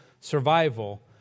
survival